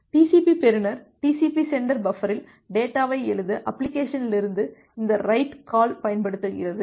TCP பெறுநர் TCP sender பஃபரில் டேட்டாவை எழுத அப்ளிகேஷனிலிருந்து இந்த ரைட் கால் பயன்படுத்துகிறது